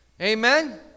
Amen